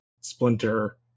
splinter